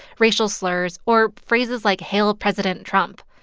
racial slurs or phrases like, hail president trump.